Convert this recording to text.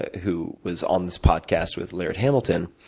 who was on this podcast with laird hamilton,